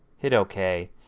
hit okay.